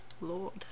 Lord